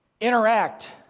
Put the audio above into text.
interact